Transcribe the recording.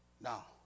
Now